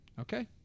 Okay